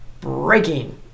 breaking